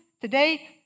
today